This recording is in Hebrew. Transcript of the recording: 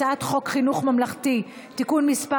הצעת חוק חינוך ממלכתי (תיקון מס'